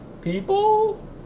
people